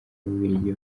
bubiligi